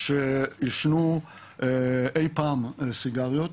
שעישנו אי פעם סיגריות.